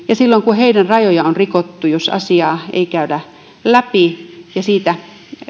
ja jos silloin kun heidän rajojaan on rikottu asiaa ei käydä läpi ja siitä